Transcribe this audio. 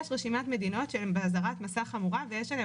יש רשימה של מדינות תחת אזהרת מסע חמורה ויש לגביהן